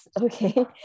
Okay